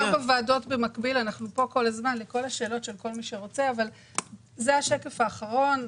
--- זה השקף האחרון,